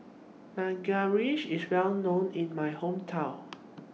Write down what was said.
IS Well known in My Hometown